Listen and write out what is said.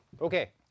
Okay